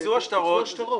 ביצוע שטרות.